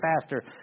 faster